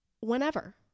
whenever